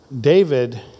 David